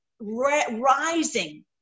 rising